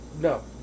No